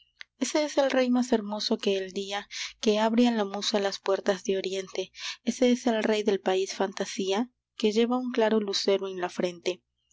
ese es el rey más hermoso que el día que abre a la musa las puertas de oriente ese es el rey del país fantasía que lleva un claro lucero en la frente